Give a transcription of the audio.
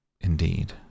Indeed